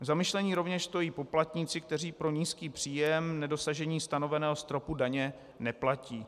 Za zamyšlení rovněž stojí poplatníci, kteří pro nízký příjem nedosažení stanoveného stropu daně neplatí.